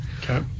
Okay